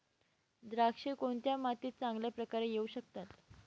द्राक्षे कोणत्या मातीत चांगल्या प्रकारे येऊ शकतात?